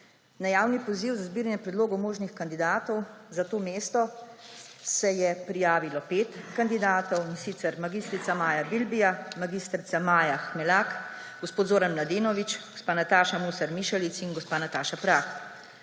Na javni poziv za zbiranje predlogov možnih kandidatov za to mesto se je prijavilo pet kandidatov, in sicer mag. Maja Bilbija, mag. Maja Hmelak, gospod Zoran Mladenović, gospa Nataša Muser Mišelič in gospa Nataša Prah.